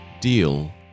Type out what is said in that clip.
deal